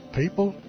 people